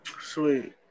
Sweet